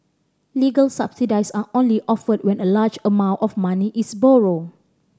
legal subsidies are only offered when a large amount of money is borrowed